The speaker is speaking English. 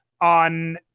on